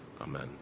Amen